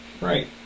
Right